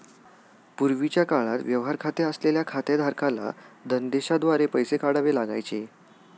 पूर्वीच्या काळात व्यवहार खाते असलेल्या खातेधारकाला धनदेशाद्वारे पैसे काढावे लागायचे